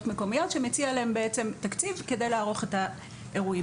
מקומיות שמציע להן בעצם תקציב כדי לערוך את האירועים.